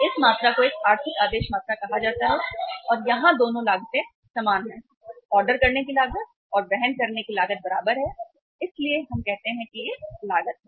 इस मात्रा को एक आर्थिक आदेश मात्रा कहा जाता है और यहां दोनों लागतें समान हैं ऑर्डर करने की लागत और वहन करने की लागत बराबर है इसलिए हम कहते हैं कि यह लागत है